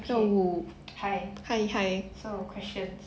hi hi